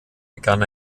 begann